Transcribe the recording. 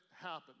happen